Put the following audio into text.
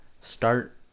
start